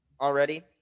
Already